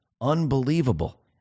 Unbelievable